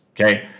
okay